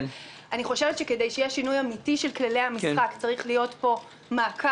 אני חושבת שכדי שיהיה שינוי אמיתי של כללי המשחק צריך להיות פה מעקב,